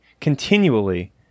continually